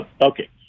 Okay